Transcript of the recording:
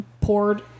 poured